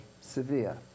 severe